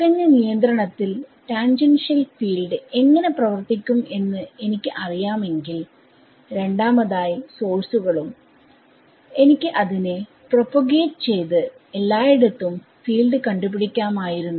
തികഞ്ഞ നിയന്ത്രണത്തിൽ ടാൻജെൻഷിയൽ ഫീൽഡ്എങ്ങനെ പ്രവർത്തിക്കും എന്ന് എനിക്ക് അറിയാമെങ്കിൽ രണ്ടാമതായി സോഴ്സുകളും എനിക്ക് അതിനെപ്രൊപോഗേറ്റ് ചെയ്ത് എല്ലായിടത്തും ഫീൽഡ് കണ്ടുപിടിക്കാമായിരുന്നു